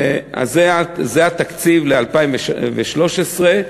זה התקציב ל-2013.